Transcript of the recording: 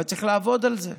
אבל צריך לעבוד על זה,